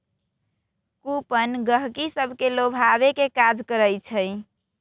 coupon गहकि सभके लोभावे के काज करइ छइ